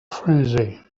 frenzy